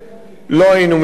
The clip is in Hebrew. לא היינו מסתייגים,